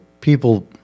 people